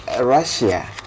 Russia